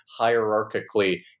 hierarchically